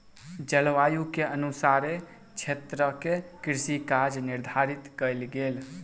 जलवायु के अनुसारे क्षेत्रक कृषि काज निर्धारित कयल गेल